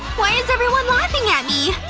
why is everyone laughing at me?